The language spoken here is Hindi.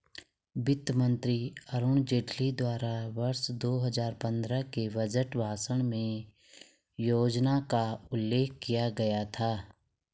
वित्त मंत्री अरुण जेटली द्वारा वर्ष दो हजार पन्द्रह के बजट भाषण में योजना का उल्लेख किया गया था